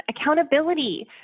accountability